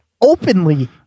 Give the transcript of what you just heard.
openly